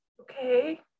Okay